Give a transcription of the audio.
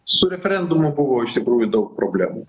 su referendumu buvo iš tikrųjų daug problemų